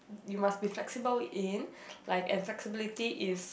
you must be flexible in like and flexibility is